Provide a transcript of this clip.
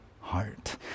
heart